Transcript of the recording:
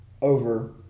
over